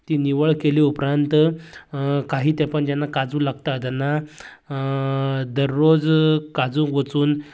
ती निवळ केली उपरांत काही तेंपान जेन्ना काजूं लागता तेन्ना दर रोज काजूंक वचून